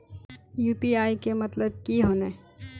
UPI के मतलब की होने?